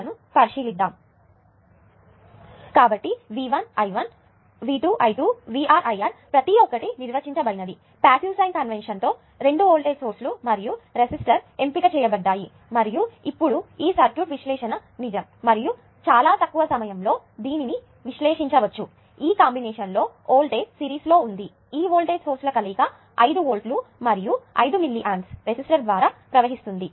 లు పరిశీలిద్దాం కాబట్టి V1 I1 V2 I2 VR IR ప్రతి ఒక్కటి నిర్వచించబడినది ప్యాసివ్ సైన్ కన్వెన్షన్ తో 2 వోల్టేజ్ సోర్స్ లు మరియు రెసిస్టర్ ఎంపిక చేయబడ్డాయి మరియు ఇప్పుడు ఈ సర్క్యూట్ విశ్లేషణ నిజం మరియు చాలా తక్కువ సమయంలో దీనిని విశ్లేషించవచ్చు ఈ కాంబినేషన్ లో వోల్టేజ్ సిరీస్ లో ఉంది ఈ వోల్టేజ్ సోర్స్ ల కలయిక 5 వోల్ట్లు మరియు 5 మిల్లియాంప్స్ రెసిస్టర్ ద్వారా ప్రవహిస్తుంది